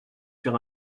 sur